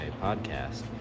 podcast